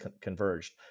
converged